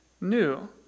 new